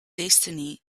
destiny